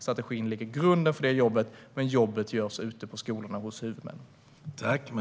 Strategin lägger grunden för det jobbet, men jobbet görs ute på skolorna, hos huvudmännen.